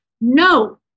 No